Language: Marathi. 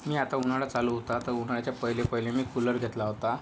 मी आता उन्हाळा चालू होता तर उन्हाळ्याच्या पहिले पहिले मी कूलर घेतला होता